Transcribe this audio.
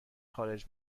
خارج